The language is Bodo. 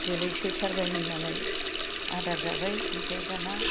गोलैसो थारबायमोन नालाय आदार जाबाय ओमफ्राइ दाना